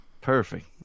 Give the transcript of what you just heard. Perfect